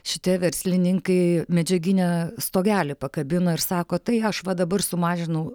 šitie verslininkai medžiaginę stogelį pakabino ir sako tai aš va dabar sumažinau